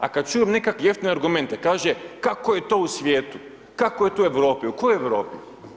A kad čujem nekad jeftine argumente, kaže kako je to u svijetu, kako je to u Europi, u kojoj Europi?